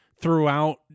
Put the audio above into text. throughout